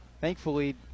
thankfully